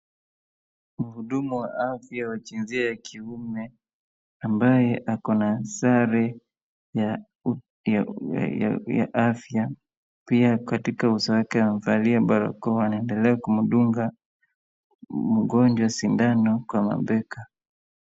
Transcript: Mhudumu wa afya wa jinsia ya kiume ambaye ako na sare ya afya. Pia katika uso yake amevalia barakoa anaendelea kumdunga mgonjwa sindano kwa mabega.